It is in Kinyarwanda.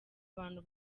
abantu